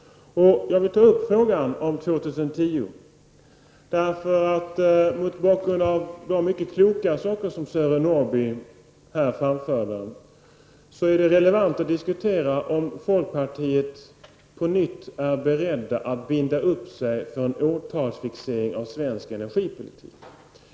Jag vill ta upp frågan om år 2010, därför att mot bakgrund av de mycket kloka saker som Sören Norrby här framförde är det relevant att diskutera om folkpartiet på nytt är berett att binda upp sig för en årtalsfixering av svensk energipolitik.